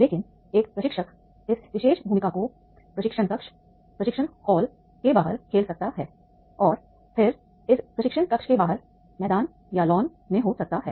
लेकिन एक प्रशिक्षक इस विशेष भूमिका को प्रशिक्षण कक्ष प्रशिक्षण हॉल के बाहर खेल सकता है और फिर इस प्रशिक्षण कक्ष के बाहर मैदान या लॉन में हो सकता है